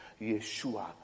Yeshua